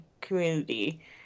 community